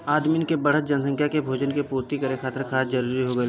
आदमिन के बढ़त जनसंख्या के भोजन के पूर्ति करे खातिर खाद जरूरी हो गइल बाटे